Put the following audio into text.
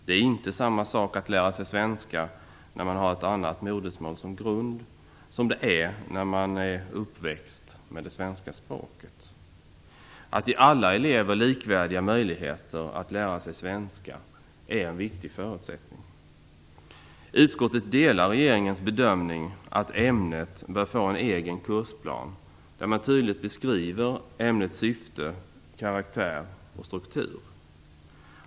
Det är inte samma sak att lära sig svenska när man har ett annat modersmål som grund som det är när man är uppväxt med det svenska språket. Att ge alla elever likvärdiga möjligheter att lära sig svenska är en viktig förutsättning. Utskottet delar regeringens bedömning att ämnet bör få en egen kursplan, där man tydligt beskriver ämnets syfte, karaktär och struktur.